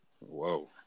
Whoa